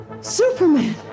Superman